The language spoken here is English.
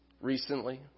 recently